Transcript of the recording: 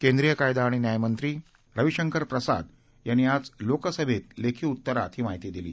केंद्रिय कायदा आणि न्यायमंत्री रविशंकर प्रसाद यांनी आज लोकसभेत लेखी उत्तरात ही माहिती दिली